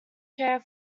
chair